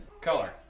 Color